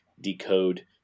decode